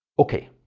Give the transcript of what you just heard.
okay,